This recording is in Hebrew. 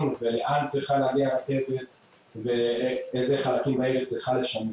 ולאן צריכה להגיע הרכבת ואיזה חלקים בעיר היא צריכה לשמש.